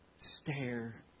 stare